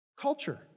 Culture